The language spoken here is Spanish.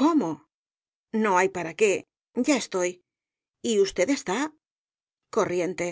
cómo no hay para qué ya estoy y usted está corriente